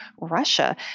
Russia